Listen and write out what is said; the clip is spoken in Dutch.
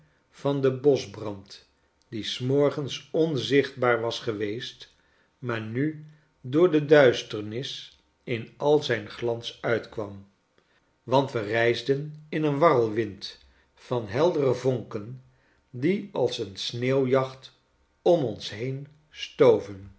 van den boschbrand die s morgens onzichtbaar was geweest maar nu door de duisternis in al zijn glans uitkwam want we reisden in een warrelwind van heldere vonken die als een sneeuwjacht om ons heen stoven